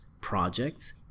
projects